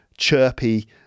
chirpy